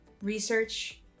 Research